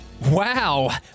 Wow